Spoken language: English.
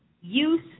use